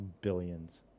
billions